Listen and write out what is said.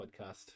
podcast